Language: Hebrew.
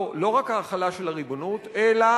לא רק ההחלה של הריבונות, אלא